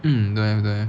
嗯对对